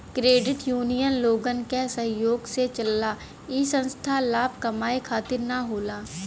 credit union लोगन के सहयोग से चलला इ संस्था लाभ कमाये खातिर न होला